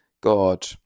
God